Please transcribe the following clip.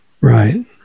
Right